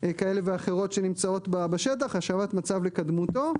כאלה ואחרות שנמצאות בשטח, השבת מצב לקדמותו,